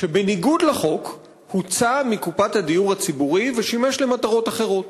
שבניגוד לחוק הוצא מקופת הדיור הציבורי ושימש למטרות אחרות.